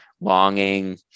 longing